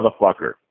motherfucker